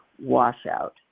Washout